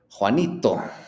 Juanito